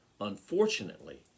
Unfortunately